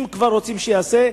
אם כבר רוצים שייעשה,